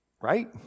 right